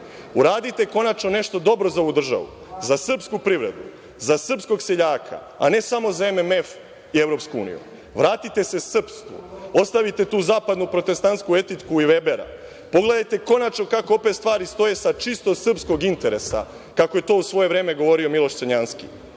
Uradite konačno nešto dobro za ovu državu, za srpsku privredu, za srpskog seljaka, a ne samo za MMF i EU. Vratite se srpstvu, ostavite tu zapadnu protestantsku etiku i Vebera. Pogledajte konačno kako opet stvari stoje sa čisto srpsko interesa, kako je to u svoje vreme govorio Miloš Crnjanski. Svet